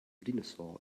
dinosaur